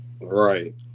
right